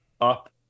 up